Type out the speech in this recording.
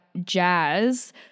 jazz